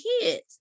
kids